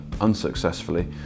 unsuccessfully